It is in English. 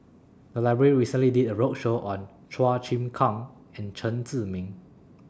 The Library recently did A roadshow on Chua Chim Kang and Chen Zhiming